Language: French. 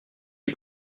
dit